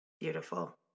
Beautiful